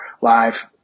live